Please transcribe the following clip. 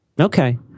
Okay